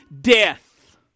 Death